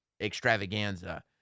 extravaganza